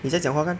你现在讲话看